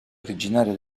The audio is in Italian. originaria